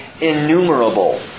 innumerable